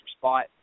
spot